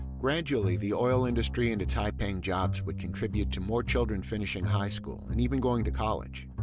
gradually, the oil industry and its high-paying jobs would contribute to more children finishing high school and even going to college.